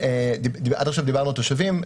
עד עכשיו דיברנו על תושבים,